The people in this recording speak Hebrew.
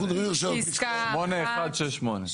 פסקה 1, 6 ו-8.